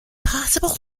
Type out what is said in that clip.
possible